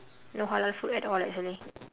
no halal food at all actually